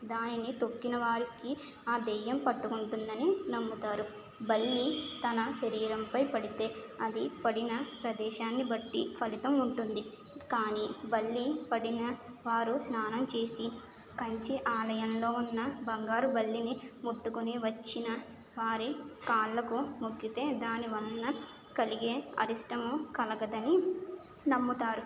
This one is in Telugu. దానిని తొక్కిన వారికి ఆ దయ్యం పట్టుకుంటుందని నమ్ముతారు బల్లి తన శరీరంపై పడితే అది పడిన ప్రదేశాన్ని బట్టి ఫలితం ఉంటుంది కానీ బల్లి పడిన వారు స్నానం చేసి కంచి ఆలయంలో ఉన్న బంగారు బల్లిని ముట్టుకొని వచ్చిన వారి కాళ్ళకు మొక్కితే దాని వలన కలిగే అరిష్టము కలగదని నమ్ముతారు